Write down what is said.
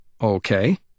Okay